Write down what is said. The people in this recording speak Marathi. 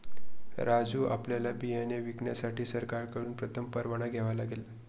राजू आपल्याला बियाणे विकण्यासाठी सरकारकडून प्रथम परवाना घ्यावा लागेल